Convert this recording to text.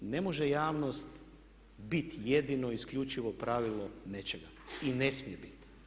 Ne može javnost biti jedino i isključivo pravilo nečega i ne smije biti.